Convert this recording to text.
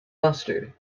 mustard